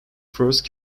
first